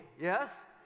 Yes